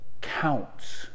counts